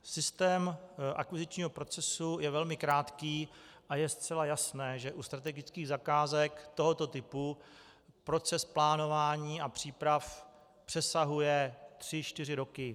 Systém akvizičního procesu je velmi krátký a je zcela jasné, že u strategických zakázek tohoto typu proces plánování a příprav přesahuje tři čtyři roky.